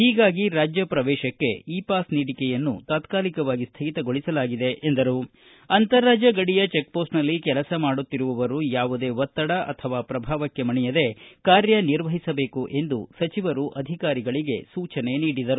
ಹೀಗಾಗಿ ರಾಜ್ಯ ಪ್ರವೇಶಕ್ಕೆ ಇ ಪಾಸ್ ನೀಡಿಕೆಯನ್ನು ತಾತ್ಕಾಲಿಕವಾಗಿ ಸ್ಥಗಿತಗೊಳಿಸಲಾಗಿದೆ ಎಂದರು ಅಂತರರಾಜ್ಯ ಗಡಿಯ ಚೆಕ್ಪೋಸ್ಟ್ ನಲ್ಲಿ ಕೆಲಸ ಮಾಡುತ್ತಿರುವವರು ಯಾವುದೇ ಒತ್ತಡ ಅಥವಾ ಪ್ರಭಾವಕ್ಕೆ ಮಣೆಯದೇ ಕಾರ್ಯನಿರ್ವಹಿಸಬೇಕು ಎಂದು ಅಧಿಕಾರಿಗಳಿಗೆ ಸಚಿವರು ಸೂಚನೆ ನೀಡಿದರು